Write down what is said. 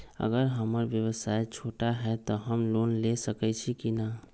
अगर हमर व्यवसाय छोटा है त हम लोन ले सकईछी की न?